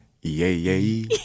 Yay